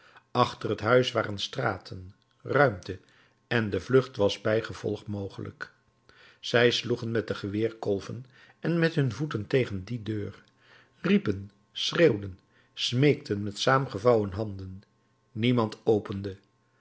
achter dat huis waren straten ruimte en de vlucht was bijgevolg mogelijk zij sloegen met de geweerkolven en met hun voeten tegen die deur riepen schreeuwden smeekten met saamgevouwen handen niemand opende